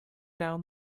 down